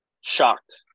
shocked